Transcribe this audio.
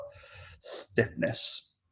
stiffness